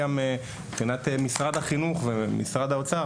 גם מבחינת משרד החינוך ומשרד האוצר,